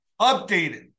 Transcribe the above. updated